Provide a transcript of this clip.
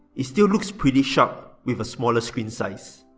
it still looks pretty sharp with a smaller screen size.